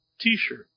T-shirt